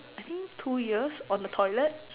I think two years on the toilet